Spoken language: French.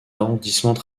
arrondissements